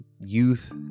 youth